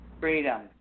Freedom